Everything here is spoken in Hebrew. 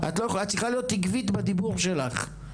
את צריכה להיות עקבית בדיבור שלך.